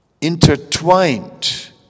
intertwined